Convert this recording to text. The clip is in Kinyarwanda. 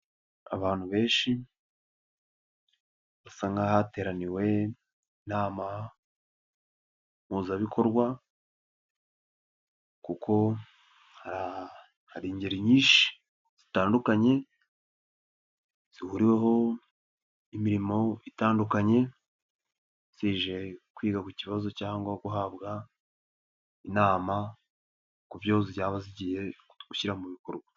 Abantu benshi basa nk'ahateraniwe inama mpuzabikorwa, kuko hari ingeri nyinshi zitandukanye zihuriweho n'imirimo itandukanye, zije kwiga ku kibazo cyangwa guhabwa inama ku byo zaba zigiye gushyira mu bikorwa.